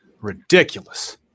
Ridiculous